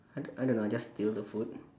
I I don't know I just steal the food